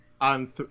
on